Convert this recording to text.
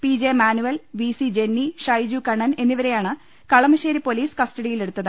P J Manuel V C Jenny Shaiju Kannan എന്നിവരെയാണ് Kalamassery police കസ്റ്റഡിയിലെടുത്ത്